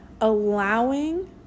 allowing